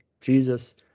Jesus